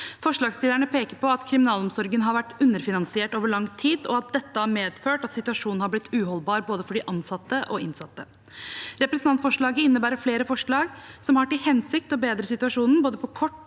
Forslagsstillerne peker på at kriminalomsorgen har vært underfinansiert over lang tid, og at dette har medført at situasjonen har blitt uholdbar for både de ansatte og de innsatte. Representantforslaget innebærer flere forslag som har til hensikt å bedre situasjonen, både på kort og